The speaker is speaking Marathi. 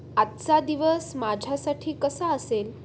आजचा दिवस माझ्यासाठी कसा असेल